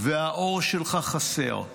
והאור שלך חסר.